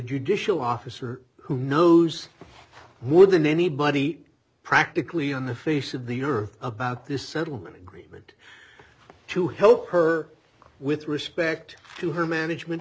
judicial officer who knows more than anybody practically on the face of the earth about this settlement agreement to help her with respect to her management